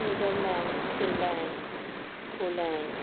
Netherlands Finland Poland